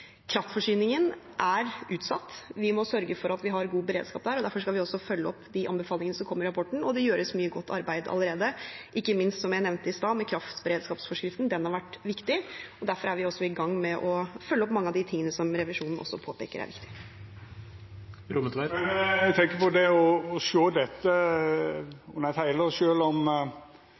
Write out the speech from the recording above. kraftforsyningen er utsatt. Vi må sørge for at vi har god beredskap der, og derfor skal vi også følge opp de anbefalingene som kom i rapporten. Det gjøres mye godt arbeid allerede, ikke minst med kraftberedskapsforskriften, som jeg nevnte i sted. Den har vært viktig. Derfor er vi i gang med å følge opp mange av de tingene som revisjonen også påpeker er viktige. Eg tenkjer på det å sjå dette som eit heile. Sjølv om